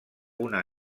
una